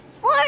four